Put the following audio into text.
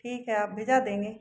ठीक है आप भिजा देंगे